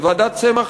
וועדת צמח,